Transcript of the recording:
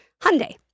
Hyundai